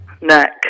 Neck